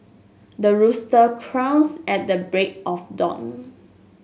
the rooster crows at the break of dawn